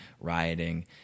rioting